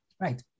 Right